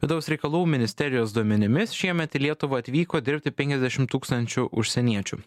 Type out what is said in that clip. vidaus reikalų ministerijos duomenimis šiemet į lietuvą atvyko dirbti penkiasdešimt tūkstančių užsieniečių